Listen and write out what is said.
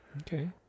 Okay